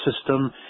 system